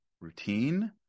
routine